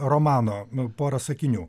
romano pora sakinių